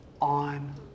on